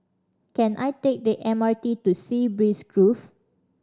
can I take the M R T to Sea Breeze Grove